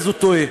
אז הוא טועה.